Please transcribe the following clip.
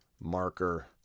marker